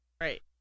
right